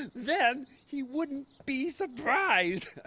then he wouldn't be surprised.